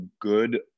good